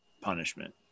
punishment